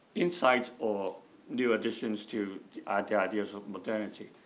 insight or new additions to the ideas of modernity.